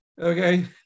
okay